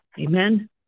Amen